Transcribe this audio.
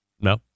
No